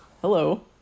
Hello